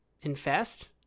infest